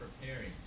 preparing